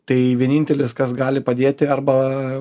tai vienintelis kas gali padėti arba